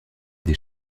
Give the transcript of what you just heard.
des